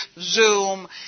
Zoom